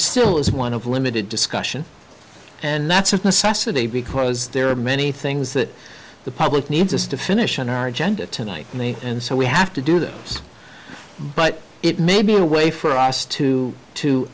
still is one of limited discussion and that's of necessity because there are many things that the public needs us to finish on our agenda tonight and so we have to do those but it may be a way for us to to